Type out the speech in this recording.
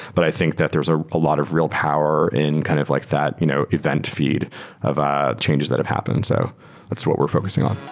but i think that there's a ah lot of real power in kind of like that you know event feed of ah changes that have happened. so what's what we're focusing on